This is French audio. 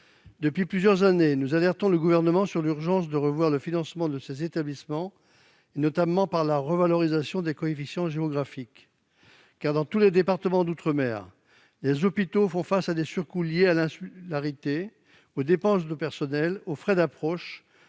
Depuis plusieurs années, nous alertons le Gouvernement sur l'urgence de revoir le financement de ces établissements, notamment par la revalorisation des coefficients géographiques. Dans tous les départements d'outre-mer, les hôpitaux font face à des surcoûts liés à l'insularité, aux dépenses de personnel, aux frais d'approche-